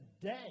today